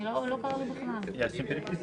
בבקשה, חבר הכנסת מיקי זוהר, תסביר.